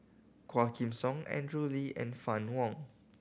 Quah Kim Song Andrew Lee and Fann Wong